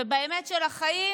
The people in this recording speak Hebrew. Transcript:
ובאמת של החיים